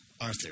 Arthur